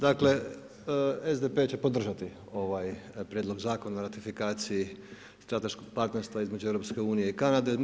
Dakle, SDP će podržati Prijedlog Zakona o ratifikaciji strateškog partnerstva između EU-a i Kanade.